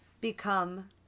become